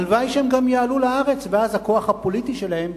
הלוואי שהם גם יעלו לארץ ואז הכוח הפוליטי שלהם,